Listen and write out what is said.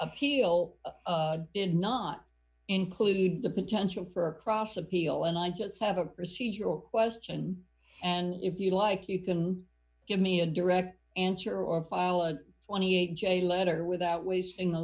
appeal did not include the potential for cross appeal and i just have a procedural question and if you like you can give me a direct answer or a file and twenty eight j letter without wasting a